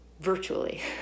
virtually